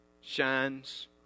shines